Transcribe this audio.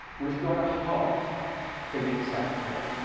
we've got a heart for yitzhak cohen.